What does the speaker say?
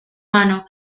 mano